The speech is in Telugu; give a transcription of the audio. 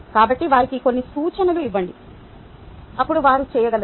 కాబట్టి వారికి కొన్ని సూచనలు ఇవ్వండి అప్పుడు వారు చేయగలరు